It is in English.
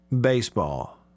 baseball